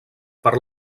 per